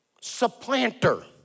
supplanter